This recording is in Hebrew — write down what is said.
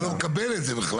אני לא מקבל את זה בכלל.